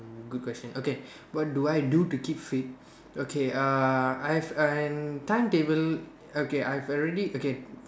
good question okay what do I do to keep fit okay uh I have an timetable okay I've already okay